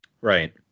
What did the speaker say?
Right